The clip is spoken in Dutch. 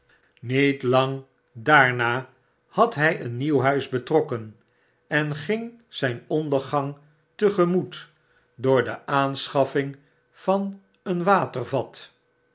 met lang daarna had hy een nieuw buis betrokken en ging zyn ondergang te gemoet door de aanschaffing van een watervat